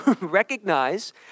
recognize